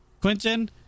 Quentin